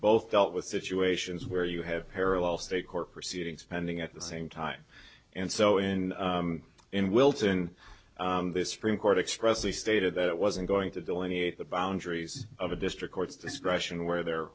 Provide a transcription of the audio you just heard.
both dealt with situations where you have parallel state court proceedings pending at the same time and so in in wilton this supreme court expressway stated that it wasn't going to delineate the boundaries of a district court's discretion where there